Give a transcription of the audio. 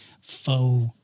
faux